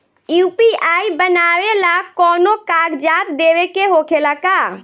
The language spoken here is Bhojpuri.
यू.पी.आई बनावेला कौनो कागजात देवे के होखेला का?